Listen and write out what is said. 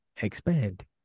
expand